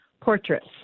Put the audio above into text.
portraits